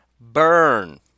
burn